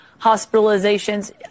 hospitalizations